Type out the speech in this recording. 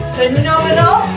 Phenomenal